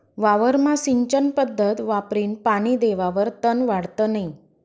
वावरमा सिंचन पध्दत वापरीन पानी देवावर तन वाढत नै